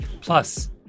Plus